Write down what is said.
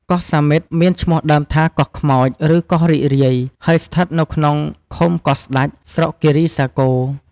កោះសាមិត្ត មានឈ្មោះដើមថា "កោះខ្មោច" ឬ "កោះរីករាយ" ហើយស្ថិតនៅក្នុងឃុំកោះស្តេច ស្រុកគិរីសាគរ។